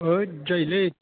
हैइत जायोलै